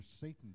Satan